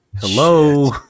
hello